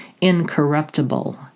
incorruptible